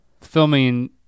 filming